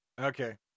Okay